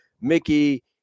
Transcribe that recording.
Mickey